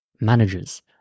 managers